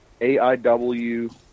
AIW